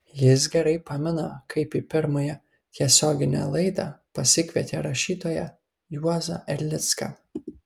jis gerai pamena kaip į pirmąją tiesioginę laidą pasikvietė rašytoją juozą erlicką